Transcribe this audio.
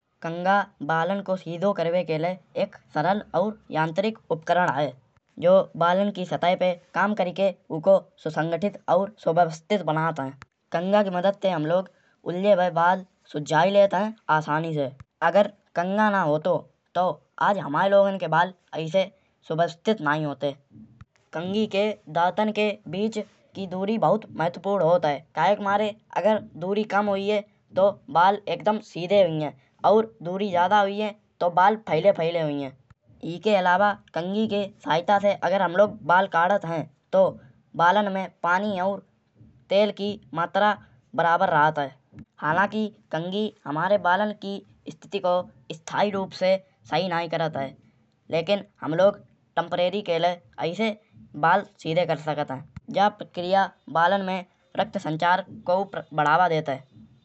कंघा बालन को सीधो करिबे के लाए एक सरल अउर यांत्रिक उपकरण है। जो बालन की सतह पे काम किरके ओको सुसंगठित अउर सव्यवस्थित बनात है। कंघा की मदद ते हम लोग उलझे भए बाल सुलझाए लेत है आसानी से। अगर कंघा ना होत तो अउज हुमाय लोगन के बाल ऐसे सव्यवस्थित नाही होत। कंघी के दांतन के बीच की दूरी बहुत महत्वपूर्ण होत है। काहे के मारे अगर दूरी कम हुईए तो बाल एक दम सीधे हुईए। अउर दूरी ज्यादा हुईए तो बाल फैले फैले हुईए। इके अलावा कंघी के सहिता से अगर हम लोग बाल काढ़त है। तो बालन में पानी अउर तेल की मात्रा बराबर रहत है। हालांकि कंघी हमारे बालन की स्थिति को स्थायी रूप से सही नाही करत है। लेकिन हम लोग टेम्परेरी के लाए ऐसे बाल सीधे कर सकत है। जा प्रक्रिया बालन में रक्त संचार कउ बढ़ावा देत है।